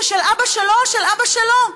זה של אבא שלו או של אבא שלו.